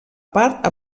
part